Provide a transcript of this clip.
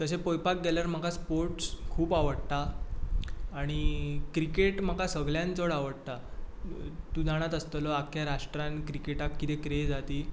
तशें पळोवपाक गेल्यार म्हाका स्पोर्ट्स खूब आवडटा आनी क्रिकेट म्हाका सगळ्यांत चड आवडटा तूं जाणाच आसतलो आख्ख्या राष्ट्रांत क्रिकेटाक कितें क्रेज आसा ती